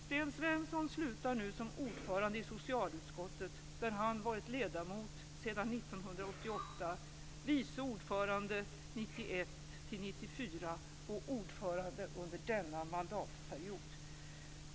Sten Svensson slutar nu som ordförande i socialutskottet, där han varit ledamot sedan 1988, vice ordförande 1991-1994 och ordförande under denna mandatperiod.